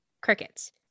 Crickets